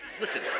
Listen